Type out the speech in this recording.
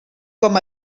com